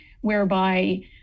whereby